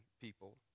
people